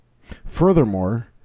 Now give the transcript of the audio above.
Furthermore